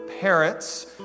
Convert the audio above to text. parents